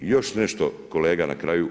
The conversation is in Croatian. Još nešto kolega, na kraju.